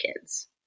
kids